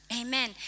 Amen